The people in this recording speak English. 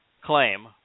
claim